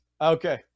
okay